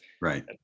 right